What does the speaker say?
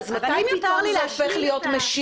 אבל אם יותר לי להשלים את ה --- אז מתי זה הופך להיות משיק?